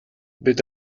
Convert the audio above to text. бид